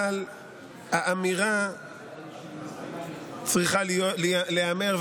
אבל האמירה צריכה להיאמר,